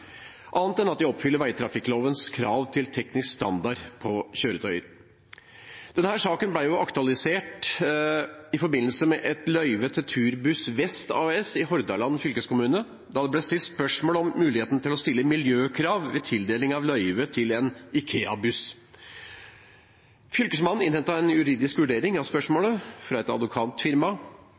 annet enn at de oppfyller veitrafikklovens krav til teknisk standard på kjøretøyer. Denne saken ble aktualisert i forbindelse med et løyve til Turbuss Vest AS i Hordaland fylkeskommune, da det ble stilt spørsmål om muligheten til å stille miljøkrav ved tildeling av løyve til en IKEA-buss. Fylkesmannen innhentet en juridisk vurdering av spørsmålet fra et